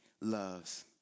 loves